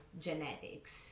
genetics